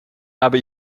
habe